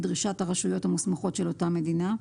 דרישת הרשויות המוסמכות של אותה מדינה.